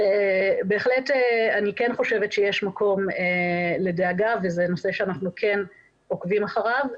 בהחלט אני כן חושבת שיש מקום לדאגה וזה נושא שאנחנו כן עוקבים אחריו.